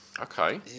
Okay